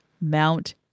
Mount